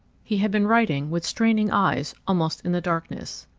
he had been writing with straining eyes, almost in the darkness.